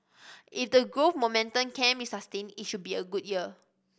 if the growth momentum can be sustained it should be a good year